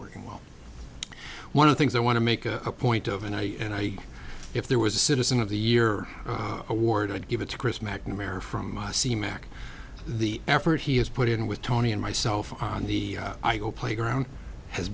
working well one of things i want to make a point of and i and i if there was a citizen of the year award i'd give it to chris mcnamara from the mac the effort he has put in with tony and myself on the playground has